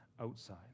outside